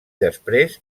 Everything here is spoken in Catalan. després